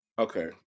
Okay